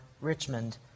Richmond